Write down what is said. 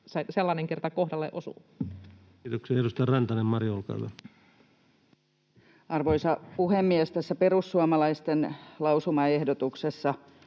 sellainen kerta kohdalle osuu. Kiitoksia. — Edustaja Rantanen, Mari, olkaa hyvä. Arvoisa puhemies! Tässä perussuomalaisten lausumaehdotuksessa,